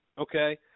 Okay